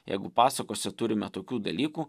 jeigu pasakose turime tokių dalykų